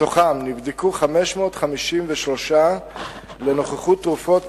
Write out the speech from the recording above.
מתוכן נבדקו 553 לנוכחות תרופות